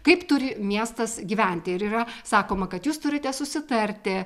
kaip turi miestas gyventi ir yra sakoma kad jūs turite susitarti